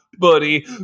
Buddy